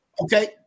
okay